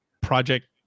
Project